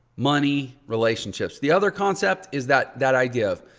money, relationships. the other concept is that that idea of